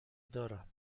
دارم